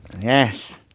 Yes